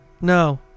No